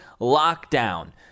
lockdown